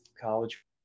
college